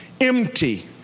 empty